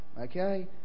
Okay